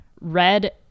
red